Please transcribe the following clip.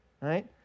right